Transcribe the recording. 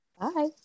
Bye